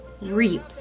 reap